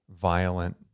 violent